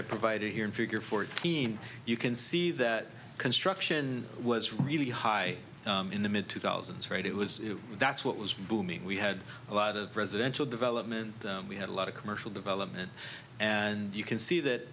i provided here and figure fourteen you can see that construction was really high in the mid two thousand trade it was that's what was booming we had a lot of residential development we had a lot of commercial development and you can see that